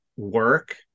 work